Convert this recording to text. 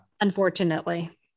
Unfortunately